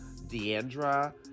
Deandra